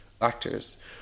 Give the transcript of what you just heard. actors